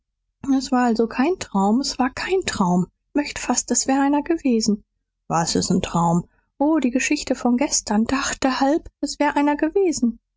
s war also kein traum s war kein traum möcht fast s wär einer gewesen was ist kein traum o die geschichte von gestern dachte halb s wär einer gewesen